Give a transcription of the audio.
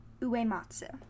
Uematsu